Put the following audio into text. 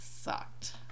sucked